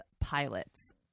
Pilots